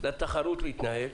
שמפריעים לתחרות להתנהל,